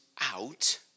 out